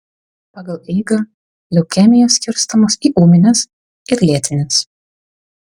pagal eigą leukemijos skirstomos į ūmines ir lėtines